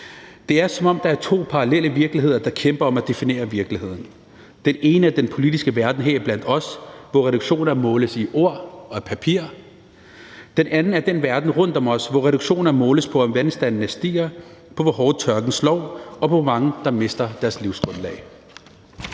Det er, som om der er to parallelle virkeligheder, der kæmper om at definere virkeligheden. Den ene er den politiske verden, heriblandt os, hvor reduktioner måles i ord og i papir. Den anden er den verden rundt om os, hvor reduktioner måles på, om vandstandene stiger, på, hvor hårdt tørken slår, på, hvor mange der mister deres livsgrundlag.